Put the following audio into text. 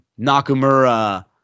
Nakamura